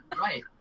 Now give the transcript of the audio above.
Right